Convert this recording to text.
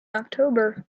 october